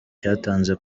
yatanze